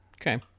Okay